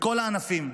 בכל הענפים.